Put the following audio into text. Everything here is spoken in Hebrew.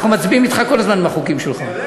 אנחנו מצביעים אתך כל הזמן, עם החוקים שלך.